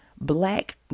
black